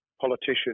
politician